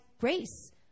Grace